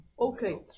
Okay